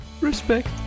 Respect